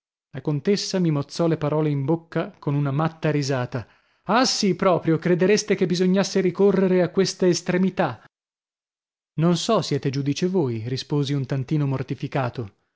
la contessa mi mozzò le parole in bocca con una matta risata ah sì proprio credereste che bisognasse ricorrere a questa estremità non so siete giudice voi risposi un tantino mortificato